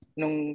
nung